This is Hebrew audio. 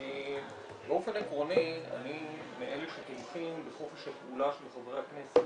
באופן עקרוני אני מאלה שתומכים בחופש הפעולה של חברי הכנסת,